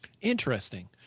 Interesting